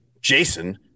Jason